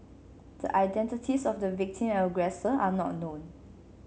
the identities of the victim and aggressor are not known